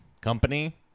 company